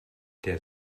der